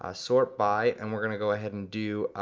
ah sort by, and we're gonna go ahead and do,